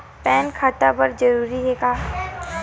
Pan खाता बर जरूरी हे?